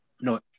no